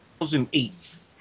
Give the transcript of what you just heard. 2008